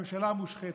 ממשלה מושחתת.